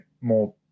more